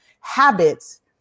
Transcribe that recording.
habits